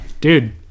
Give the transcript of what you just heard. Dude